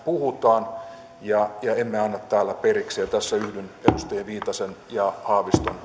puhutaan ja emme anna täällä periksi ja tässä yhdyn edustaja viitasen ja haaviston